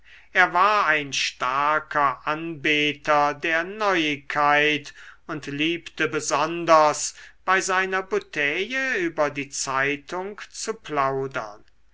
er war ein starker anbeter der neuigkeit und liebte besonders bei seiner bouteille über die zeitung zu plaudern